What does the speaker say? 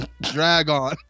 Dragon